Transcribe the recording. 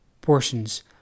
portions